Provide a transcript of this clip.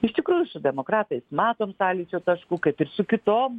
iš tikrųjų su demokratais matom sąlyčio taškų kaip ir su kitom